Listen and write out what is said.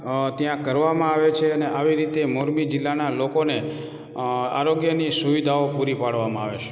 અ ત્યાં કરવામાં આવે છે અને આવી રીતે મોરબી જિલ્લાના લોકોને આરોગ્યની સુવિધાઓ પૂરી પાડવામાં આવે છે